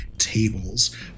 tables